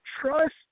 trust